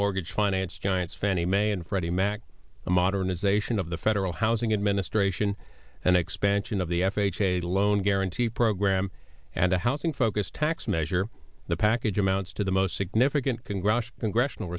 mortgage finance giants fannie mae and freddie mac the modernization of the federal housing administration an expansion of the f h a loan guarantee program and a housing focus tax measure the package amounts to the most significant congressional congressional